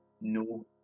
no